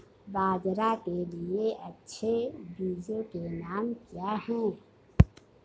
बाजरा के लिए अच्छे बीजों के नाम क्या हैं?